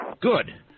Good